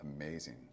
amazing